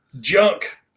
Junk